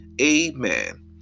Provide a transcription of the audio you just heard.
Amen